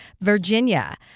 Virginia